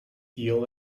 eel